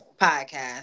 podcast